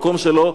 במקום שלא,